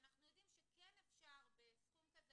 שאנחנו יודעים שכן אפשר בסכום כזה